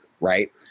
Right